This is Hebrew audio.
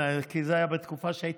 כי זה היה בתקופה שהייתי,